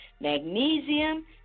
magnesium